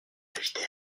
invités